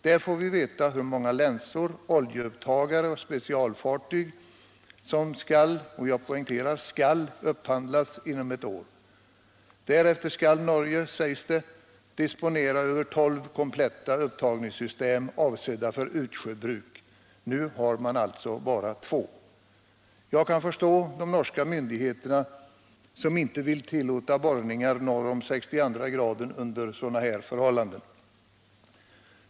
Där får vi veta hur många länsor, oljeupptagare och specialfartyg som skall — jag poängterar skall — upphandlas inom ett år. Därefter skall Norge, sägs det, disponera över tolv kompletta upptagningssystem avsedda för utsjöbruk. Nu har man alltså bara två! Jag kan förstå de norska myndigheterna som under sådana här förhållanden inte vill tillåta borrningar norr om 62 breddgraden.